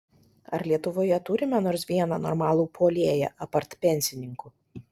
ar lietuvoje turime nors vieną normalų puolėją apart pensininkų